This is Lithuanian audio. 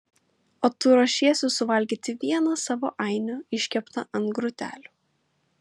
o tu ruošiesi suvalgyti vieną savo ainių iškeptą ant grotelių